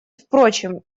впрочем